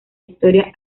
historia